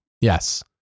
Yes